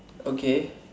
okay